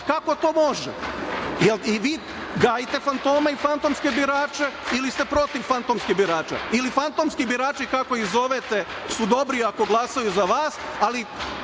kako to može? Jel i vi gajite fantome i fantomske igrače ili ste protiv fantomskih birača ili fantomski birači, kako ih zovete, su dobri ako glasaju za vas, ali